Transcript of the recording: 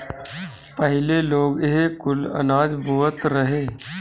पहिले लोग इहे कुल अनाज बोअत रहे